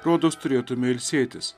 rodos turėtume ilsėtis